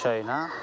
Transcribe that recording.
China